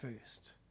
first